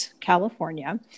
California